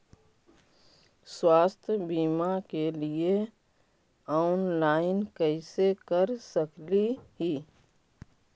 स्वास्थ्य बीमा के लिए ऑनलाइन कैसे कर सकली ही?